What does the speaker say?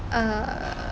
err